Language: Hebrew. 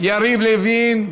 יריב לוין.